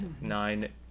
nine